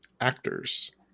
actors